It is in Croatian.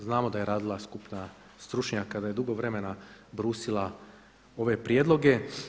Znamo da je radila skupina stručnjaka, da je dugo vremena brusila ove prijedloge.